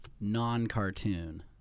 non-cartoon